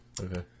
Okay